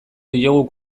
diogu